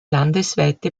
landesweite